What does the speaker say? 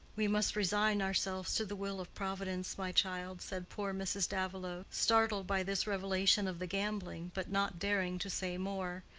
we must resign ourselves to the will of providence, my child, said poor mrs. davilow, startled by this revelation of the gambling, but not daring to say more.